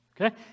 Okay